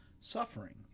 suffering